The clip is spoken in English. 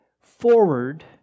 forward